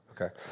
Okay